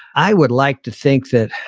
i would like to think that